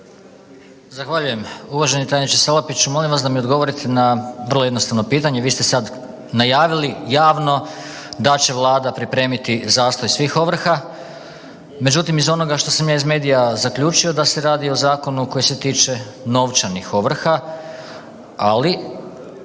Zahvaljujem. Uvaženi tajniče Salapiću, molim vas da mi odgovorite na vrlo jednostavno pitanje, vi ste sad najavili javno da će Vlada pripremiti zastoj svih ovrha. Međutim iz onoga što sam ja iz medija zaključio da se radi o zakonu koji se tiče novčanih ovrha, ali